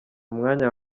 umwanya